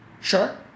Sure